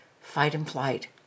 fight-and-flight